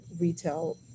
retail